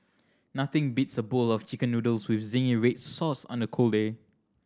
nothing beats a bowl of Chicken Noodles with zingy red sauce on a cold day